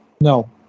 no